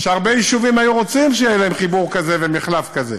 והרבה יישובים היו רוצים שיהיה להם חיבור כזה ומחלף כזה.